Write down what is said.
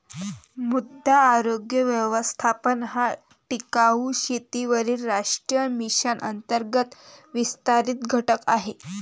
मृदा आरोग्य व्यवस्थापन हा टिकाऊ शेतीवरील राष्ट्रीय मिशन अंतर्गत विस्तारित घटक आहे